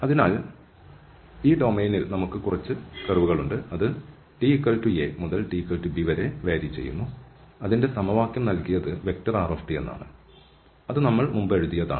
അതിനാൽ ഈ ഡൊമെയ്നിൽ നമുക്ക് കുറച്ച് കർവുണ്ട് അത് ta മുതൽ tb വരെ വ്യത്യാസപ്പെടുന്നു അതിൻറെ സമവാക്യം നൽകിയത് r ആണ് അതു നമ്മൾ മുമ്പ് എഴുതിയതാണ്